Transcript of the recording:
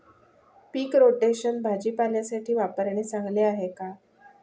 पीक rotation भाजीपाल्यासाठी वापरणे चांगले आहे का?